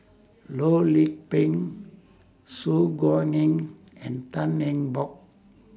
Loh Lik Peng Su Guaning and Tan Eng Bock